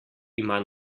ima